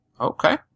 Okay